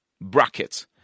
bracket